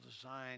design